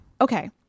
okay